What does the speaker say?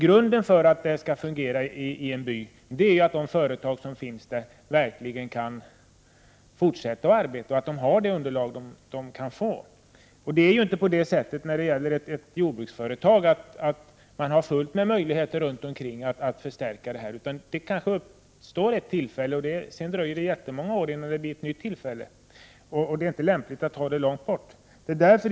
Grunden för att det skall fungera i en by är att de företag som finns där verkligen kan fortsätta att arbeta och ha det underlag som de kan få. Ett jordbruksföretag har ju inte fullt med möjligheter till förstärkning, utan det kanske blir ett tillfälle just nu, och sedan kan det ta många år innan det blir ett nytt tillfälle. Och det är inte lämpligt att köpa jordbruksmark långt från den egna gården.